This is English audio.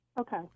Okay